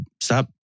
stop